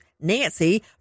nancy